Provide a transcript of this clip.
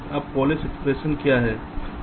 अब polish expression क्या है